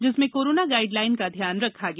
जिसमें corona guideline का ध्यान रखा गया